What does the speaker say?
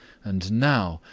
and now,